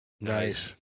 Nice